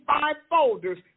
five-folders